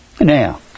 Now